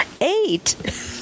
Eight